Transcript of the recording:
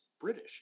British